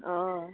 অঁ